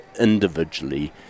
individually